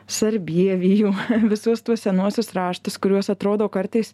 sarbievijų visus tuos senuosius raštus kuriuos atrodo kartais